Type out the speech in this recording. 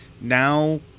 now